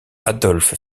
adolphe